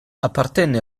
appartenne